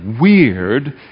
weird